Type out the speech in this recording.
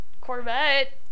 Corvette